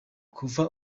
kuva